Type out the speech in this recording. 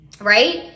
right